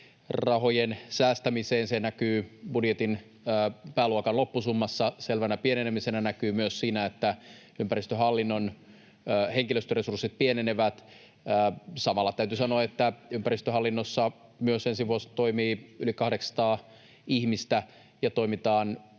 rahojen säästämiseen. Se näkyy budjetin pääluokan loppusummassa selvänä pienenemisenä, ja se näkyy myös siinä, että ympäristöhallinnon henkilöstöresurssit pienenevät. Samalla täytyy sanoa, että ympäristöhallinnossa myös ensi vuonna toimii yli 800 ihmistä, ja toimitaan